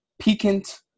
piquant